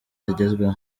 zigezweho